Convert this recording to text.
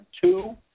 two